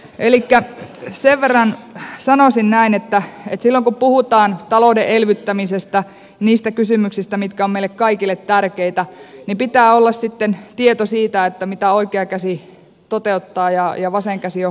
elikkä sanoisin näin että silloin kun puhutaan talouden elvyttämisestä niistä kysymyksistä mitkä ovat meille kaikille tärkeitä pitää olla sitten tieto siitä mitä oikea käsi toteuttaa ja vasen käsi on haaveilemassa